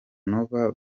nova